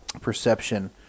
perception